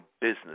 business